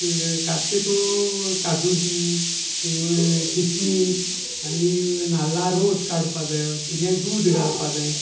का तेतू काजू बी किसमीस आनी नाल्ला रोस काडपा जायो इल्ले दूद घालपा जाय